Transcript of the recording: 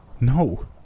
No